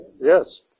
yes